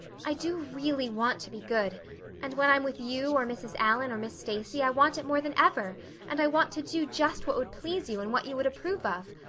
i do really want to be good and when i'm with you or mrs. allan or miss stacy i want it more than ever and i want to do just what would please you and what you would approve of.